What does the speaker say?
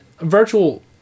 virtual